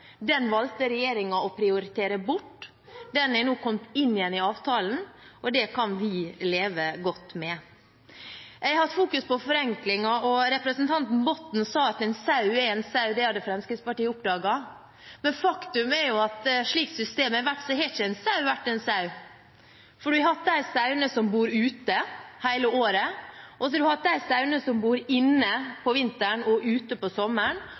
Den valgte regjeringen å prioritere bort. Den er nå kommet inn igjen i avtalen, og det kan vi leve godt med. Jeg har hatt fokus på forenklinger. Representanten Botten sa at en sau er en sau, det hadde Fremskrittspartiet oppdaget, men faktum er jo at slik systemet har vært, har ikke en sau vært en sau. For man har hatt de sauene som går ute hele året, og så har man hatt de sauene som går inne om vinteren og ute om sommeren,